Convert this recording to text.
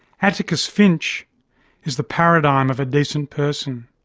atticus finch is the paradigm of a decent person.